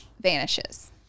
vanishes